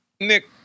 Nick